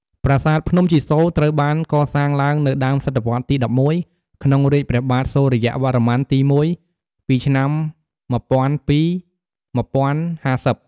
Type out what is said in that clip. ប្រាសាទភ្នំជីសូរត្រូវបានកសាងឡើងនៅ ដើមសតវត្សរ៍ទី ១១ ក្នុងរាជ្យព្រះបាទសូរ្យវរ្ម័នទី ១ ពីឆ្នាំ ១០០២-១០៥០។